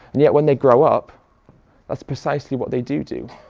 and yet when they grow up that's precisely what they do do,